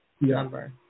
number